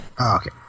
Okay